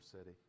city